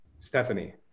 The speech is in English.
Stephanie